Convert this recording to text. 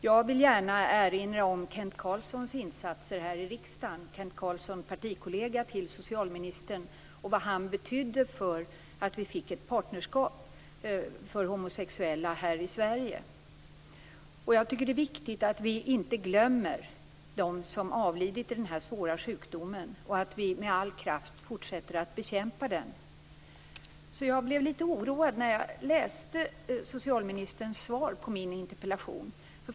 Jag vill gärna erinra om Kent Carlssons insatser här i riksdagen - Kent Carlsson, som var partikollega till socialministern - och hans betydelse för rätten till partnerskap för homosexuella här i Sverige. Jag tycker att det är viktigt att vi inte glömmer dem som avlidit i den här svåra sjukdomen och att vi med all kraft fortsätter att bekämpa den. Därför blev jag litet oroad när jag läste socialministerns svar på min interpellation.